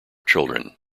children